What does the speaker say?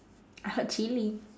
I heard chili